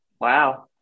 Wow